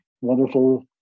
wonderful